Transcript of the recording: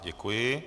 Děkuji.